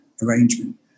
Arrangement